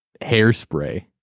Hairspray